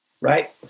Right